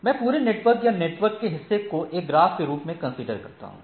मैं पूरे नेटवर्क या नेटवर्क के हिस्से को एक ग्राफ के रूप में कंसीडर सकता हूं